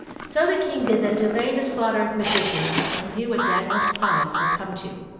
so the king bid them delay the slaughter of the magicians till he knew what daniel's promise would come to